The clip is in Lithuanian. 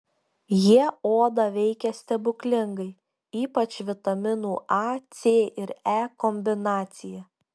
jie odą veikia stebuklingai ypač vitaminų a c ir e kombinacija